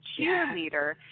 cheerleader